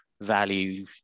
value